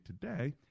today